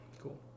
cool